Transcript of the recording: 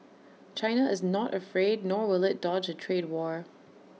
China is not afraid nor will IT dodge A trade war